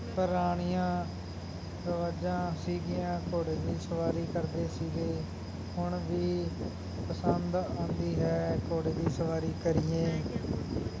ਪੁਰਾਣੀਆਂ ਰਿਵਾਜ਼ਾਂ ਸੀਗੀਆਂ ਘੋੜੇ ਦੀ ਸਵਾਰੀ ਕਰਦੇ ਸੀਗੇ ਹੁਣ ਵੀ ਪਸੰਦ ਆਉਂਦੀ ਹੈ ਘੋੜੇ ਦੀ ਸਵਾਰੀ ਕਰੀਏ